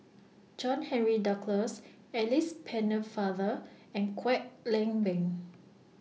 John Henry Duclos Alice Pennefather and Kwek Leng Beng